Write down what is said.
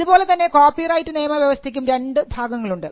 ഇതുപോലെതന്നെ കോപ്പിറൈറ്റ് നിയമവ്യവസ്ഥയ്ക്കും രണ്ടു ഭാഗങ്ങളുണ്ട്